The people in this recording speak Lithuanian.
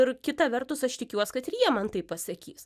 ir kita vertus aš tikiuos kad jie man taip pasakys